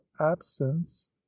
absence